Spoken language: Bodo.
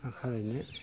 मा खालामनो